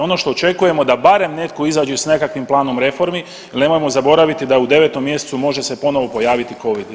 Ono što očekujemo da barem netko izađe s nekakvim planom reformi jel nemojmo zaboraviti da u 9. mjesecu može se ponovo pojaviti covid jel.